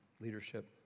leadership